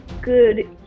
good